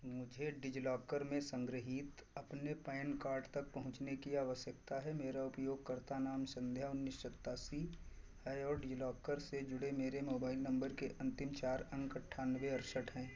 मुझे डिज़िलॉकर में सन्ग्रहीत अपने पैन कार्ड तक पहुँचने की आवश्यकता है मेरा उपयोगकर्ता नाम संध्या उन्नीस सत्तासी है और डिज़िलॉकर से जुड़े मेरे मोबाइल नम्बर के अन्तिम चार अंक अट्ठानवे अड़सठ हैं